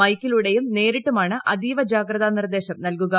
മൈക്കിലൂടെയും നേരിട്ടുമാണ് അതീവ ജാഗ്രതാ നിർദ്ദേശം നൽകുക